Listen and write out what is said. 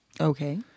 Okay